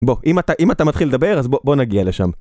בוא, אם אתה אם אתה מתחיל לדבר אז בוא נגיע לשם.